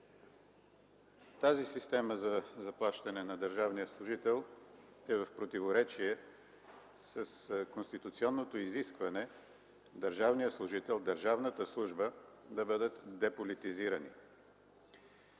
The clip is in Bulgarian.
Тази система за заплащане на държавния служител е в противоречие с конституционното изискване държавният служител, държавната служба да бъдат деполитизирани.